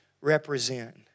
represent